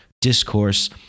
discourse